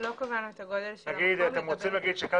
לא קבענו את הגודל של המקום.